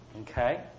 Okay